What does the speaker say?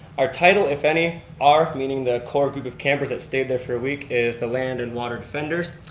our title if any, our meaning the core group of campers that stayed there for a week, is the land and water defenders.